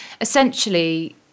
essentially